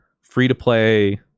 free-to-play